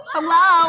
Hello